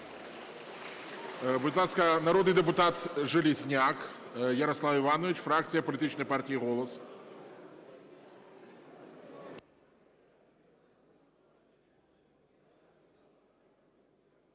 Будь ласка, народний депутат Железняк Ярослав Іванович, фракція політичної партії "Голос".